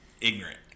ignorant